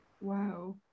Wow